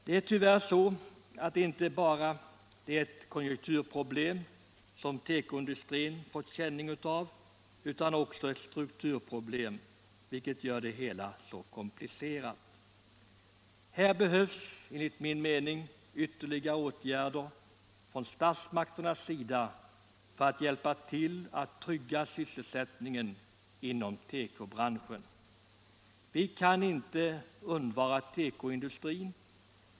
Det är tyvärr så att det inte bara är ett konjunkturproblem som tekoindustrin fått känning av, utan också ett strukturproblem, något som gör det hela än mer komplicerat. Här behövs enligt min mening ytterligare åtgärder från statsmakternas sida för att hjälpa till att trygga sysselsättningen inom tekobranschen. Vi kan inte undvara tekoindustrin.